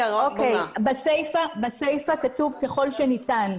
בסיפא כתוב "ככל שניתן",